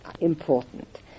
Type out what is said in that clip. important